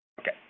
Okay